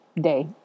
day